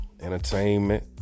entertainment